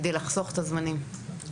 כדי לחסוך את הזמנים.